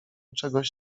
czegoś